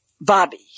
Bobby